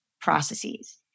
processes